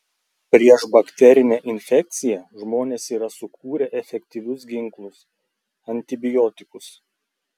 prieš bakterinę infekciją žmonės yra sukūrę efektyvius ginklus antibiotikus